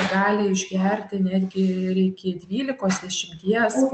gali išgerti netgi ir iki dvylikos dešimties